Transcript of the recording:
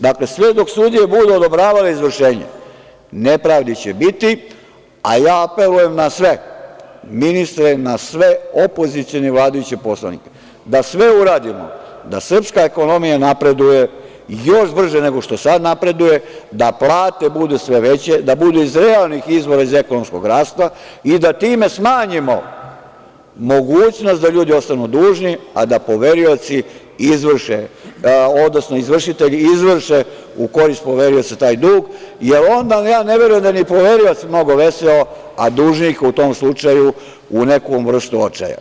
Dakle, sve dok sudije budu odobravale izvršenje nepravdi će biti, a ja apelujem na sve ministre, na sve opozicione i vladajuće poslanike, da sve uradimo da srpska ekonomija napreduju još brže nego što sada napreduje, da plate budu sve veće, da bude iz realnih izvora iz ekonomskog rasta i da time smanjimo mogućnost da ljudi ostanu dužni, a da poverioci izvrše, odnosno izvršitelji izvrše u korist poverioca taj dug, jer onda, ja ne verujem ni da je poverilac mnogo veseo, a dužnik u tom slučaju u nekoj vrsti očaja.